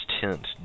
tent